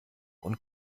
und